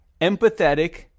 empathetic